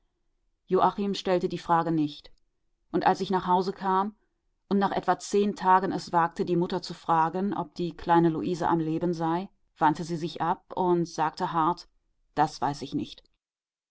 stellte die frage nicht und als ich nach hause kam und nach etwa zehn tagen es wagte die mutter zu fragen ob die kleine luise am leben sei wandte sie sich ab und sagte hart das weiß ich nicht